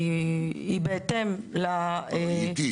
אבל היא איטית.